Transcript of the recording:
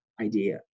idea